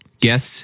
guests